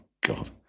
God